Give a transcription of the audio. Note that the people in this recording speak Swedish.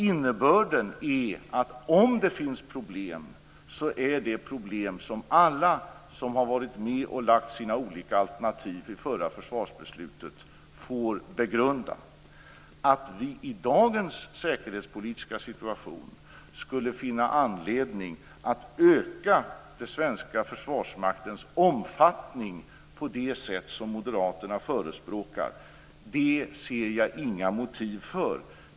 Innebörden är att om det finns problem får alla som har varit med och lagt fram sina olika alternativ i förra försvarsbeslut begrunda dessa. Att vi i dagens säkerhetspolitiska situation skulle öka den svenska försvarsmaktens omfattning på det sätt som moderaterna förespråkar ser jag inga motiv för.